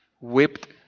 Whipped